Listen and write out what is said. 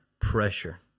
Pressure